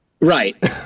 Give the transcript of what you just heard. Right